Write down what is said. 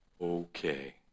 Okay